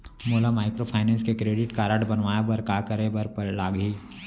मोला माइक्रोफाइनेंस के credit card बनवाए बर का करे बर लागही?